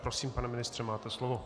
Prosím, pane ministře, máte slovo.